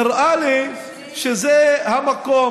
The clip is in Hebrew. נראה לי שזה המקום,